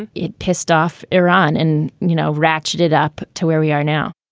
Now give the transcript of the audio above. and it pissed off iran and, you know, ratcheted up to where we are now